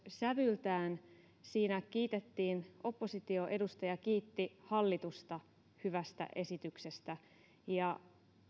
sävyltään siinä oppositioedustaja kiitti hallitusta hyvästä esityksestä ja